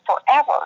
forever